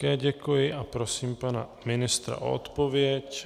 Také děkuji a prosím pana ministra o odpověď.